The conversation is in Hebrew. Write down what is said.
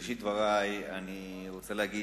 בראשית דברי אני רוצה להגיד